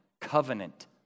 covenant